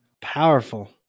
Powerful